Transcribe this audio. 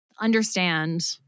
Understand